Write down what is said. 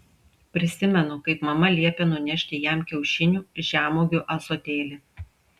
prisimenu kaip mama liepė nunešti jam kiaušinių žemuogių ąsotėlį